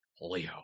Leo